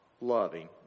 Loving